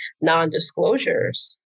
non-disclosures